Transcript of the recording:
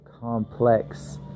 complex